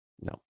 No